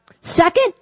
Second